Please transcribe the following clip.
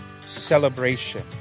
celebration